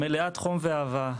מלאת חום ואהבה,